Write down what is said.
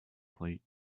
plate